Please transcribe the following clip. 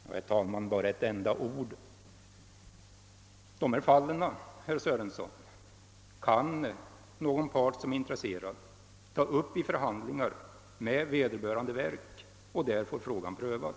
Herr talman! Bara ett par ord! De fall herr Sörenson nu syftar på kan en intresserad part ta upp till förhandling med vederbörande verk för att få frågan prövad.